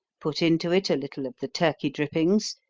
put into it a little of the turkey drippings,